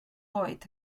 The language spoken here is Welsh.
oed